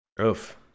Oof